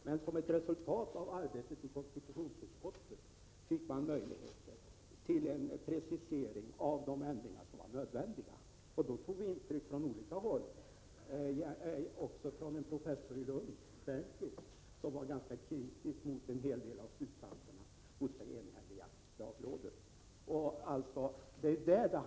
Men som ett resultat av arbetet i konstitutionsutskottet fick vi möjligheter till en precisering av de ändringar som var nödvändiga, och då tog vi intryck från olika håll — också från en professor Stiernquist i Lund, som var ganska kritisk mot en hel del av slutsatserna hos det enhälliga lagrådet.